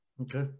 Okay